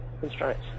constraints